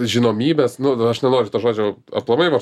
žinomybes nu aš nenoriu to žodžio aplamai